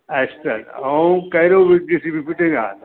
एस्ट्रन ऐं केरोविट G C V fitting